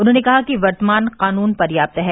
उन्होंने कहा कि वर्तमान कानून प्रयाप्त है